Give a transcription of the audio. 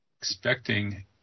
expecting